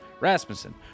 Rasmussen